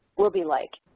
will be like,